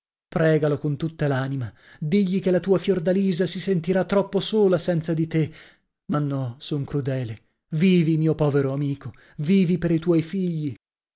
pregalo con tutta l'anima digli che la tua fiordalisa si sentirà troppo sola senza di te ma no son crudele vivi mio povero amico vivi per i tuoi figli